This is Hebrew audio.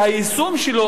והיישום שלו,